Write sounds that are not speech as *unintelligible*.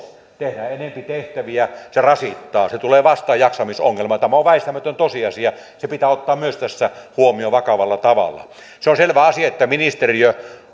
tehdään enempi tehtäviä se rasittaa se tulee vastaan jaksamisongelmana tämä on väistämätön tosiasia se pitää ottaa myös tässä huomioon vakavalla tavalla se on selvä asia että ministeriö *unintelligible*